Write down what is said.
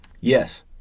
Yes